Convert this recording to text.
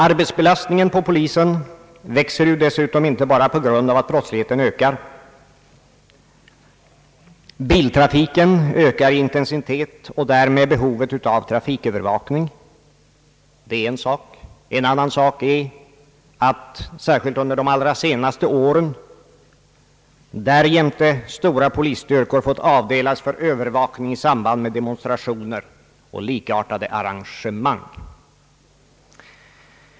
Arbetsbelastningen på polisen växer dessutom inte bara på grund av att brottsligheten ökar. Biltrafiken ökar i intensitet och därmed behovet av trafikövervakning. Detta är en sak. En annan sak är att särskilt under de allra senaste åren stora polisstyrkor fått avdelas för övervakning i samband med demonstrationer och likartade arrangemang.